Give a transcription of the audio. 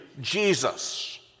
Jesus